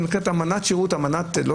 שנקראת אמנת עבודה,